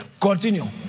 Continue